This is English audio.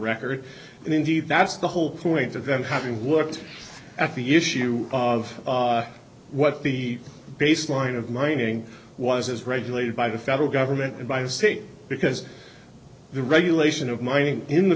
record and indeed that's the whole point of them having worked at the issue of what the baseline of mining was is regulated by the federal government and by the state because the regulation of mining in the